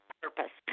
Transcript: purpose